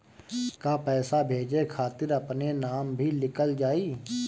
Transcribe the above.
का पैसा भेजे खातिर अपने नाम भी लिकल जाइ?